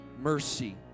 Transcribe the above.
mercy